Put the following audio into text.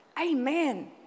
Amen